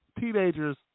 teenagers